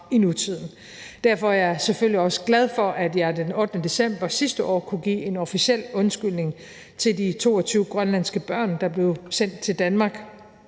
i nutiden. Derfor er jeg selvfølgelig også glad for, at jeg den 8. december sidste år kunne give en officiel undskyldning til de 22 grønlandske børn, der blev sendt til Danmark